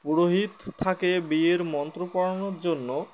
পুরোহিত থাকে বিয়ের মন্ত্র পড়ানোর জন্য